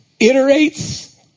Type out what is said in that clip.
iterates